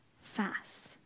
fast